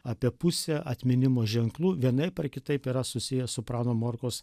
apie pusė atminimo ženklų vienaip ar kitaip yra susiję su prano morkaus